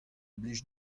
blij